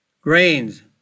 grains